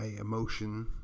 emotion